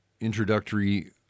introductory